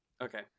Okay